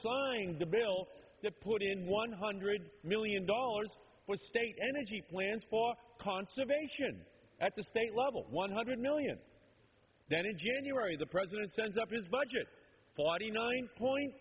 flying the bill to put in one hundred million dollars for state energy plans for conservation at the state level one hundred million then in january the president sends up his budget fought a nine point